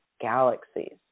galaxies